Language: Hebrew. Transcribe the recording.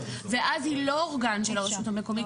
ואז היא לא אורגן של הרשות המקומית,